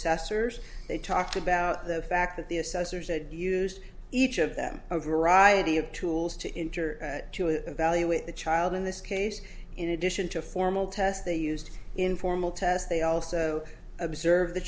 sessors they talked about the fact that the assessors had used each of them a variety of tools to enter to evaluate the child in this case in addition to formal tests they used in formal tests they also observe the